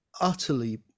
utterly